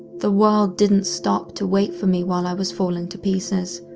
the world didn't stop to wait for me while i was falling to pieces,